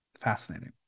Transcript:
fascinating